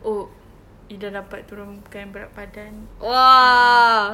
oh ida dapat turunkan berat badan a'ah